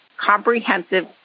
comprehensive